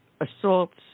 assaults